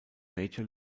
major